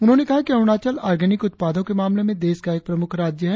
उन्होंने कहा कि अरुणाचल ऑर्गेनिक उत्पादों के मामले में देश का एक प्रमुख राज्य है